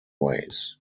ways